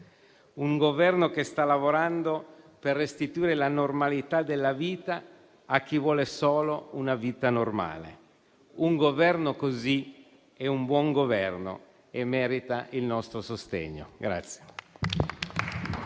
Un Governo che sta lavorando per restituire la normalità della vita a chi vuole solo una vita normale. Un Governo così è un buon Governo e merita il nostro sostegno.